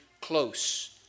close